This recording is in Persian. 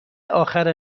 آخر